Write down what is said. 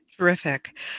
Terrific